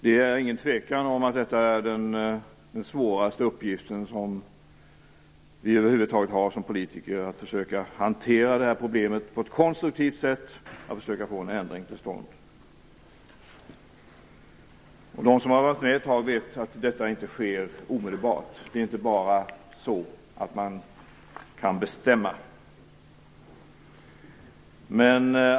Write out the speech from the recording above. Det är inget tvivel om att arbetet med att bekämpa arbetslösheten är den svåraste uppgiften som vi som politiker över huvud taget har, att hantera problemet på ett konstruktivt sätt och att försöka få en ändring till stånd. De som har varit med ett tag vet att detta inte sker omedelbart. Man kan inte bara bestämma hur det skall vara.